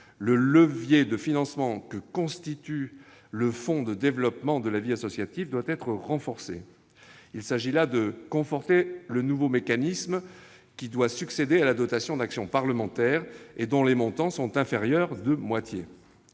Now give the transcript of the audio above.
le levier de financement que constitue le Fonds pour le développement de la vie associative doit être renforcé. Il s'agit en effet de conforter le nouveau mécanisme qui doit succéder à la dotation d'action parlementaire, mais dont les montants sont inférieurs de moitié.